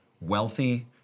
wealthy